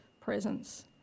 presence